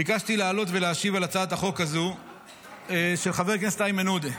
ביקשתי לעלות ולהשיב על הצעת החוק הזו של חבר הכנסת איימן עודה.